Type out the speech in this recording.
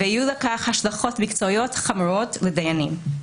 ויהיו לכך השלכות מקצועיות חמורות לדיינים.